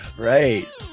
Right